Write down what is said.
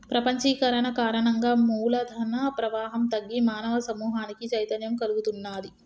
ప్రపంచీకరణ కారణంగా మూల ధన ప్రవాహం తగ్గి మానవ సమూహానికి చైతన్యం కల్గుతున్నాది